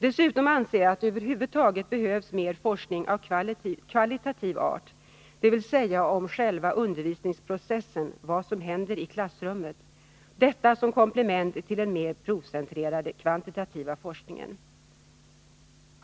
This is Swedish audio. Dessutom anser jag att det över huvud taget behövs mer forskning av kvalitativ art, dvs. om själva undervisningsprocessen, vad som händer i klassrummet — detta som komplement till den mer provcentrerade kvantitativa forskningen.